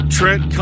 Trent